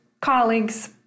colleagues